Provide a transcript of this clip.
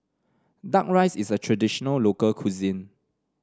duck rice is a traditional local cuisine